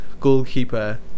goalkeeper